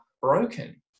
broken